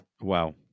Wow